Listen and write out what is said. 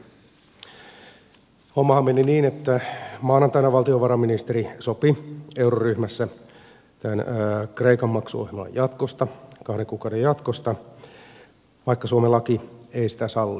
hommahan meni niin että maanantaina valtiovarainministeri sopi euroryhmässä tämän kreikan maksuohjelman kahden kuukauden jatkosta vaikka suomen laki ei sitä salli